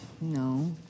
No